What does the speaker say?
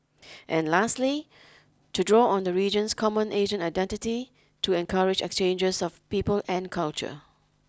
and lastly to draw on the region's common Asian identity to encourage exchanges of people and culture